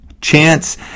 chance